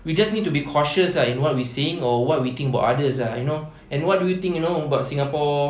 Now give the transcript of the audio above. we just need to be cautious in what we saying or what we think about others ah you know and what do you think about singapore